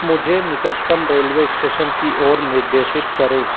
मुझे निकटतम railway station की ओर निर्देशित करें